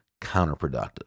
counterproductive